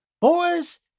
Boys